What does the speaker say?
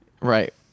right